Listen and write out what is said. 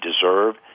deserve